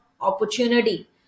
opportunity